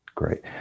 Great